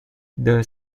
the